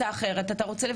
בעצם?